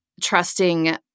trusting